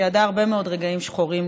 שידעה הרבה מאוד רגעים שחורים,